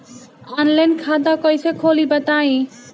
Online खाता कइसे खोली बताई?